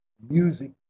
music